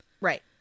Right